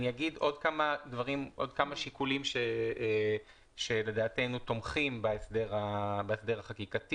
אני אגיד עוד כמה שיקולים שלדעתנו תומכים בהסדר החקיקתי,